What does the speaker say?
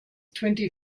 twenty